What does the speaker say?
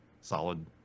solid